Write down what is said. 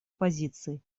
позиций